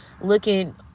looking